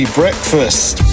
breakfast